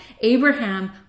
Abraham